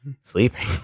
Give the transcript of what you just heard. sleeping